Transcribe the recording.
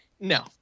no